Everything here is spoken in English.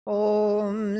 om